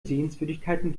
sehenswürdigkeiten